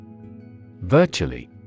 Virtually